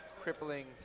crippling